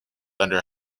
under